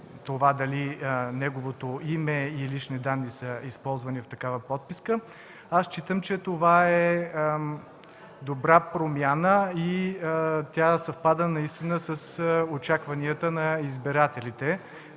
провери дали неговото име и лични данни са използвани в такава подписка, аз считам, че това е добра промяна и тя съвпада наистина с очакванията на избирателите,